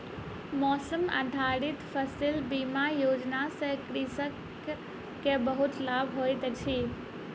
मौसम आधारित फसिल बीमा योजना सॅ कृषक के बहुत लाभ होइत अछि